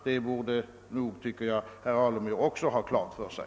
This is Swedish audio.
Jag tycker att också herr Alemyr borde ha detta klart för sig.